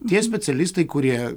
tie specialistai kurie